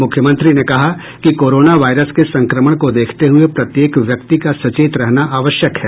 मुख्यमंत्री ने कहा कि कोरोना वायरस के संक्रमण को देखते हुये प्रत्येक व्यक्ति का सचेत रहना आवश्यक है